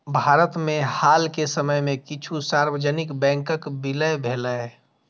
भारत मे हाल के समय मे किछु सार्वजनिक बैंकक विलय भेलैए